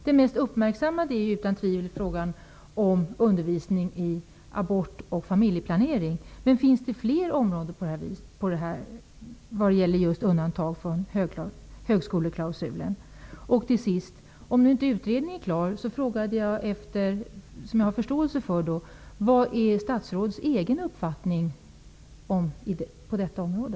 Det mest uppmärksammade är utan tvivel frågan om undervisning i abortfrågor och familjeplanering. Finns det fler områden vad gäller undantag från högskoleklausulen? När nu utredningen inte är klar, frågar jag vad statsrådets egen uppfattning är på detta område.